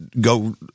go